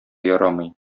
ярамый